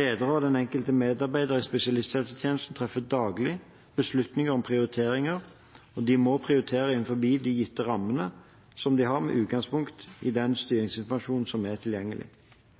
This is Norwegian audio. Ledere og den enkelte medarbeider i spesialisthelsetjenesten treffer daglig beslutninger om prioriteringer, og de må prioritere innenfor de gitte rammene med utgangspunkt i den styringsinformasjonen som er tilgjengelig.